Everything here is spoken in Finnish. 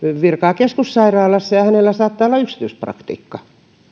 virkaa keskussairaalassa ja hänellä saattaa olla yksityispraktiikka